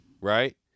right